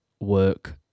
work